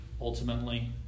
ultimately